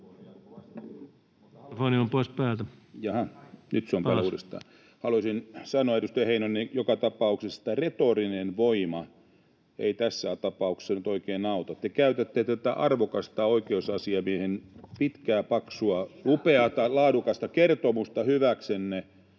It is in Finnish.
Haluaisin sanoa, edustaja Heinonen, joka tapauksessa, että retorinen voima ei tässä tapauksessa nyt oikein auta. Te käytätte tätä arvokasta oikeus-asiamiehen pitkää, [Timo Heinosen välihuuto] paksua, upeata, laadukasta kertomusta hyväksenne